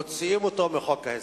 מוציאים אותו מחוק ההסדרים.